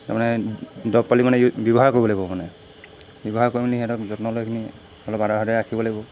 তাৰমানে দৰব পালি মানে ব্যৱহাৰ কৰিব লাগিব মানে ব্যৱহাৰ কৰি মেলি সিহঁতক যত্ন লৈ পিনি অলপ আদৰ সাদৰে ৰাখিব লাগিব